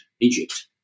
Egypt